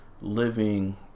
living